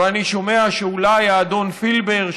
ואני שומע שאולי האדון פילבר,